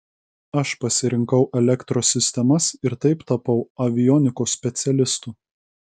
aš pasirinkau elektros sistemas ir taip tapau avionikos specialistu